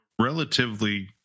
relatively